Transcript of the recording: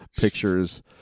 pictures